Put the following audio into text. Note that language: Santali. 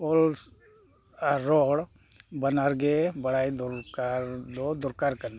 ᱚᱞ ᱟᱨ ᱨᱚᱲ ᱵᱟᱱᱟᱨᱜᱮ ᱵᱟᱲᱟᱭ ᱫᱚᱨᱠᱟᱨ ᱫᱚ ᱫᱚᱨᱠᱟᱨ ᱠᱟᱱᱟ